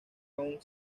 aún